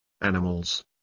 animals